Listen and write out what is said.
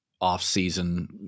off-season